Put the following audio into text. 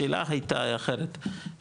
השאלה הייתה אחרת,